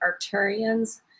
Arcturians